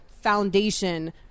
foundation